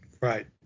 right